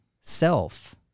self